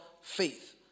faith